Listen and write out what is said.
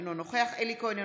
אינו נוכח אלי כהן,